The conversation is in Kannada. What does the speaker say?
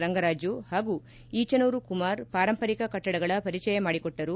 ರಂಗರಾಜು ಪಾಗೂ ಈಚನೂರು ಕುಮಾರ್ ಪಾರಂಪರಿಕ ಕಟ್ಟಡಗಳ ಪರಿಚಯ ಮಾಡಿಕೊಟ್ಟರು